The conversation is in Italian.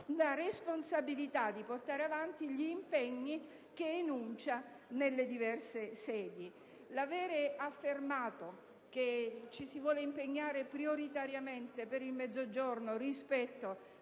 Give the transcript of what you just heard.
la responsabilità di portare avanti gli impegni enunciati nelle diverse sedi. L'aver affermato che ci si vuole impegnare prioritariamente per il Mezzogiorno sul